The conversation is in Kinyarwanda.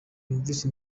yumvise